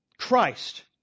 Christ